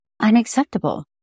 unacceptable